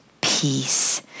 peace